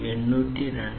15